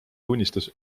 tunnistas